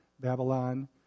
Babylon